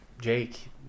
Jake